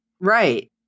Right